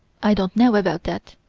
i don't know about that.